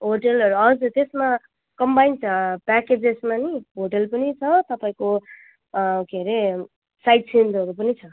होटेलहरू हजुर त्यसमा कम्बाइन छ प्याकेजेसमा नि होटेल पनि छ तपाईँको के अरे साइडसिइङ्हरू पनि छ